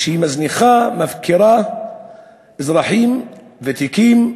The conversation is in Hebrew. שהיא מזניחה, מפקירה אזרחים ותיקים,